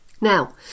Now